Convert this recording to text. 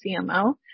CMO